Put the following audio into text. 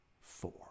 four